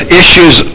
issues